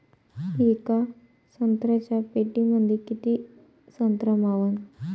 येका संत्र्याच्या पेटीमंदी किती संत्र मावन?